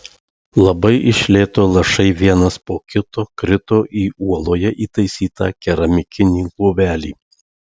labai iš lėto lašai vienas po kito krito į uoloje įtaisytą keramikinį lovelį